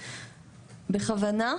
בכוונה,